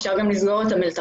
אפשר גם לסגור את המלתחות.